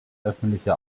öffentliche